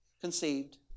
conceived